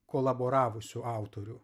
kolaboravusių autorių